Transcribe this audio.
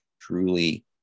truly